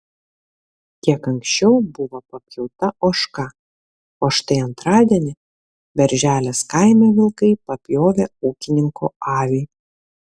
kiek anksčiau buvo papjauta ožka o štai antradienį berželės kaime vilkai papjovė ūkininko avį